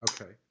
Okay